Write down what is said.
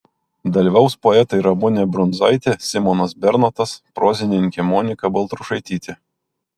dalyvaus poetai ramunė brundzaitė simonas bernotas prozininkė monika baltrušaitytė